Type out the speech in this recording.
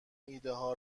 ایدهها